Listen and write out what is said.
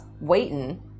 waiting